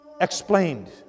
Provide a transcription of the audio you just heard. explained